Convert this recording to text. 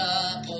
up